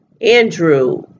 Andrew